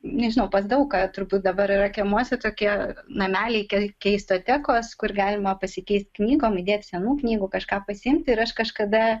nežinau pas daug ką turbūt dabar yra kiemuose tokie nameliai kei keistotekos kur galima pasikeisti knygom įdėti senų knygų kažką pasiimti ir aš kažkada